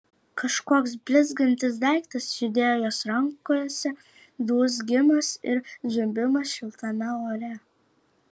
kažkoks blizgantis daiktas judėjo jos rankose dūzgimas ir zvimbimas šiltame ore